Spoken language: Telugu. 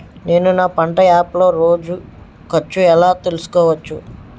నేను నా పంట యాప్ లో రోజు ఖర్చు ఎలా తెల్సుకోవచ్చు?